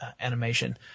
animation